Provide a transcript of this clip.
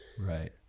Right